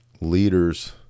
leaders